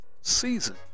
season